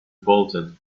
bolted